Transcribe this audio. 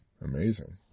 Amazing